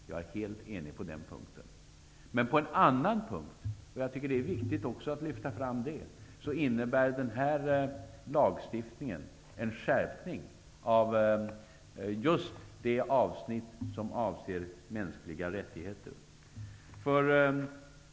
Jag är helt ense med utskottet på denna punkt. Men på en annan punkt -- jag tycker att det är viktigt att också lyfta fram detta -- innebär den här lagstiftningen en skärpning av just det avsnitt som avser mänskliga rättigheter.